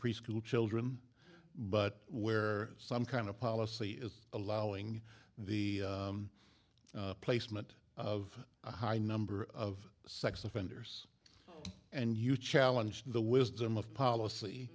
preschool children but where some kind of policy is allowing the placement of a high number of sex offenders and you challenge the wisdom of policy